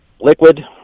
liquid